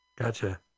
Gotcha